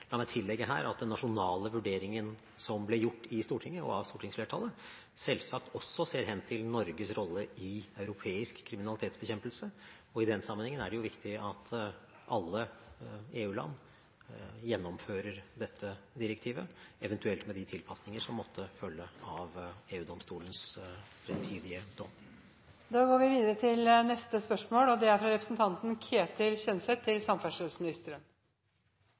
La meg tillegge her at den nasjonale vurderingen som ble gjort i Stortinget, og av stortingsflertallet, selvsagt også ser hen til Norges rolle i europeisk kriminalitetsbekjempelse. I den sammenhengen er det jo viktig at alle EU-land gjennomfører dette direktivet, eventuelt med de tilpasninger som måtte følge av EU-domstolens fremtidige dom. «I tråd med EØS-avtalen kan ikke Norge regulere hvor data som er